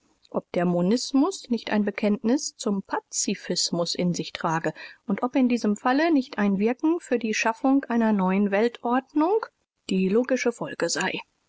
ob der monism nicht ein bekenntnis zum pazifism in sich trage u ob in diesem falle nicht ein wirken für die schaffung einer neuen weltorganisation die logische folge sei